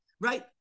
right